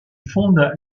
fonde